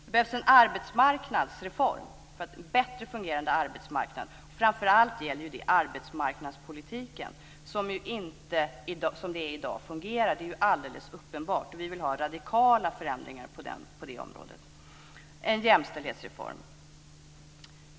Det behövs en arbetsmarknadsreform för en bättre fungerande arbetsmarknad. Framför allt gäller det arbetsmarknadspolitiken, som ju inte fungerar som det är i dag, det är alldeles uppenbart. Vi vill ha radikala förändringar på det området. Det behövs en jämställdhetsreform.